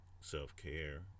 self-care